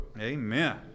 Amen